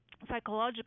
psychological